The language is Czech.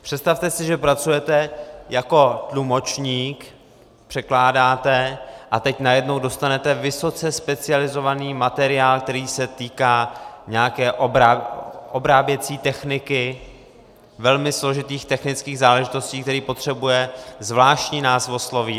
Představte si, že pracujete jako tlumočník, překládáte, a teď najednou dostanete vysoce specializovaný materiál, který se týká nějaké obráběcí techniky, velmi složitých technických záležitostí, který potřebuje zvláštní názvosloví atd.